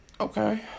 Okay